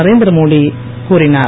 நரேந்திர மோடி கூறினார்